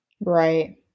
Right